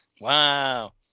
Wow